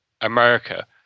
America